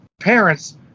parents